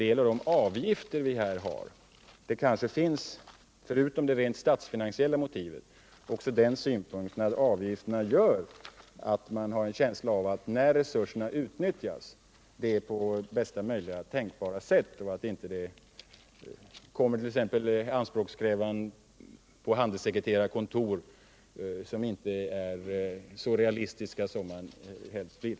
Men på de avgifter som vi har i dag kan man väl — förutom de rent statsfinansiella motiven — lägga den synpunkten att resurserna skall utnyttjas på bästa möjliga sätt. När man tar i anspråk t.ex. handelsekreterarkontor är det bra om det blir så realistikt som möjligt.